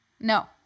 No